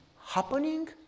happening